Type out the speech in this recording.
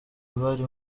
bari